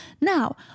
now